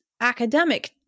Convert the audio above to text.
academic